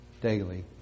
daily